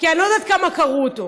כי אני לא יודעת כמה קראו אותו.